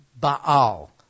Baal